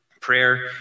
prayer